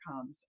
comes